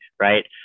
right